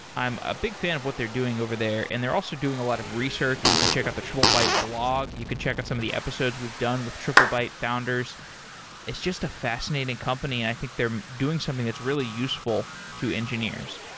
i'm a big fan of what they're doing over there and they're also doing a lot of research. you can check out the triplebyte blog. you can check out some of the episodes we've done with triplebyte founders it's just a fascinating company and i think they're doing something that's really useful to engineers.